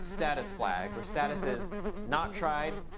status flag, where status is not tried,